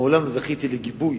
מעולם לא זכיתי לגיבוי